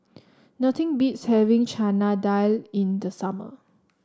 nothing beats having Chana Dal in the summer